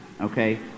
Okay